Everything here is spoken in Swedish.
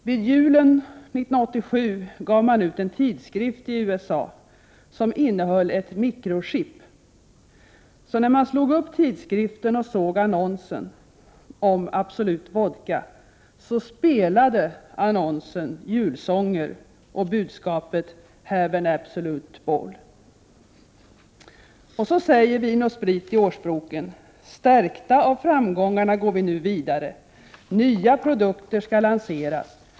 Vid julen 1987 gav man ut en tidskrift i USA som innehöll ett mikrochip. När läsaren slog upp tidskriften och såg annonsen om Absolut Vodka spelade annonsen julsånger och budskapet: ”Have an Absolute Ball.” Och så säger Vin & Spritcentralen i årsboken: ”Stärkta av framgångarna går vi nu vidare. Nya produkter skall lanseras.